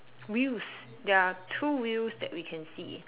wheels there are two wheels that we can see